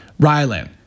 Rylan